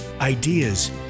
Ideas